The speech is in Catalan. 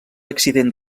accident